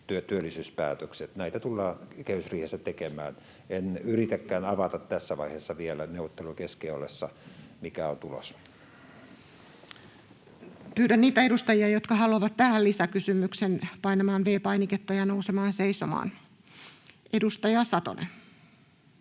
työllisyyspäätökset. Näitä tullaan kehysriihessä tekemään. En yritäkään avata tässä vaiheessa, neuvottelujen vielä kesken ollessa, mikä on tulos. Pyydän niitä edustajia, jotka haluavat tähän lisäkysymyksen, painamaan V-painiketta ja nousemaan seisomaan. — Edustaja Satonen.